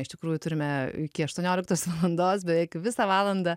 iš tikrųjų turime iki aštuonioliktos valandos beveik visą valandą